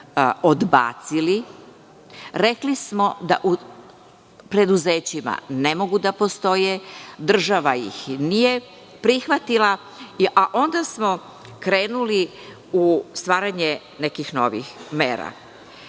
odbacili. Rekli smo da preduzećima ne mogu da postoje, država ih nije prihvatila, a onda smo krenuli u stvaranje nekih novih mera. Kad